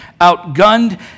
outgunned